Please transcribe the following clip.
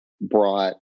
brought